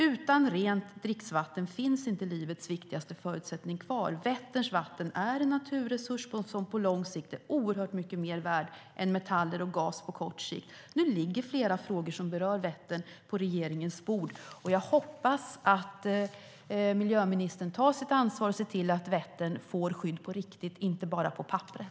Utan rent dricksvatten finns inte livets viktigaste förutsättningar kvar. Vätterns vatten är en naturresurs som på lång sikt är oerhört mycket mer värd än metaller och gas på kort sikt. Nu ligger flera frågor som berör Vättern på regeringens bord. Jag hoppas att miljöministern tar sitt ansvar och ser till att Vättern får skydd på riktigt och inte bara på papperet.